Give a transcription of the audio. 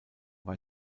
war